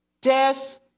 death